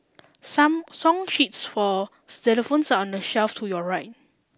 some song sheets for xylophones are on the shelf to your right